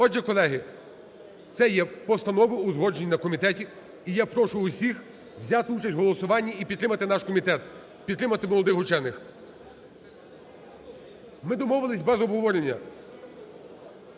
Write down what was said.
Отже, колеги, це є постанова, узгоджена на комітеті. І я прошу всіх взяти участь в голосуванні і підтримати наш комітет, підтримати молодих вчених. Ми домовились без обговорення.